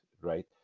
right